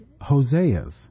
Hosea's